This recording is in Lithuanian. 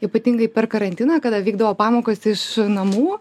ypatingai per karantiną kada vykdavo pamokos iš namų